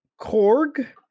Korg